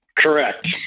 Correct